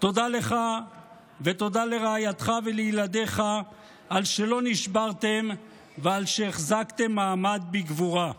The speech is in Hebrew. תודה לך ותודה לרעייתך ולילדיך על שלא נשברתם ועל שהחזקתם מעמד בגבורה.